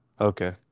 okay